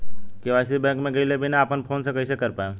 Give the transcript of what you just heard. KYC bank मे गएले बिना अपना फोन से कइसे कर पाएम?